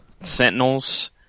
Sentinels